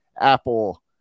Apple